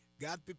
God